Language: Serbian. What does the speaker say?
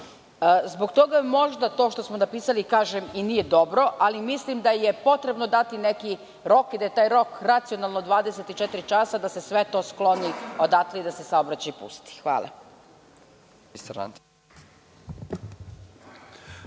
toga možda to što smo napisali, kažem, i nije dobro, ali mislim da je potrebno dati neki rok i da je taj rok racionalno 24 časa, da se sve to skloni odatle i da se saobraćaj pusti. Hvala.